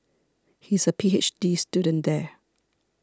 he is a P H D student there